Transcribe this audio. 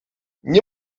nie